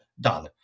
done